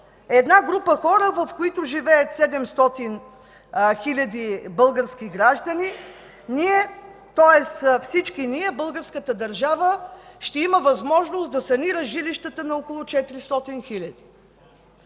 една група хора, около 700 хиляди български граждани, тоест всички ние – българската държава, ще има възможност да санира жилищата на около 400 хиляди.